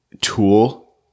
tool